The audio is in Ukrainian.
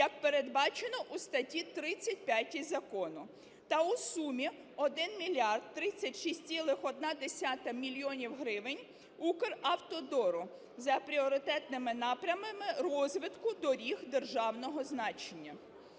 як передбачено у статті 35 закону, та у сумі 1 мільярд 36,1 мільйонів гривень – "Укравтодору" за пріоритетними напрямами розвитку доріг державного значення.